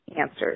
answers